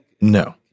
no